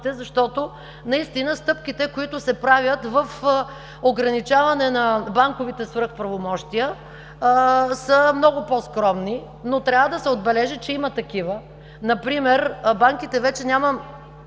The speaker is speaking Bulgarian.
защото наистина стъпките, които се правят в ограничаване на банковите свръхправомощия, са много по-скромни, но трябва да се отбележи, че има такива. Например банките вече няма